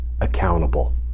accountable